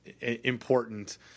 important